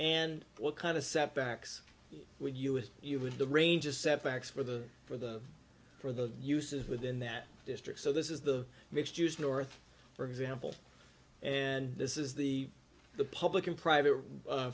and what kind of setbacks would you if you had the range of setbacks for the for the for the uses within that district so this is the mixed use north for example and this is the the public and private